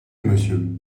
monsieur